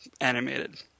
animated